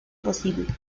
posible